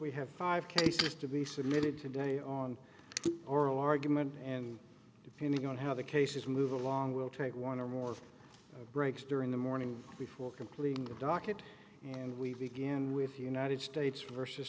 we have five cases to be submitted today on oral argument and if you know how the case is move along we'll take one or more breaks during the morning before completing the docket and we begin with united states versus